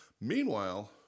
Meanwhile